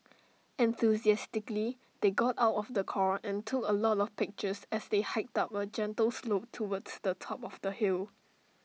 enthusiastically they got out of the car and took A lot of pictures as they hiked up A gentle slope towards the top of the hill